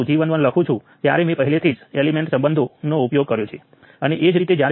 25 millisiemens અથવા 1 4th millisiemen છે